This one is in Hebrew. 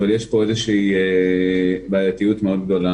אבל יש פה איזושהי בעייתיות מאוד גדולה.